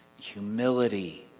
humility